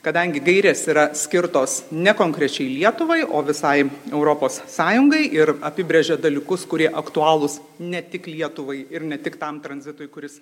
kadangi gairės yra skirtos ne konkrečiai lietuvai o visai europos sąjungai ir apibrėžia dalykus kurie aktualūs ne tik lietuvai ir ne tik tam tranzitui kuris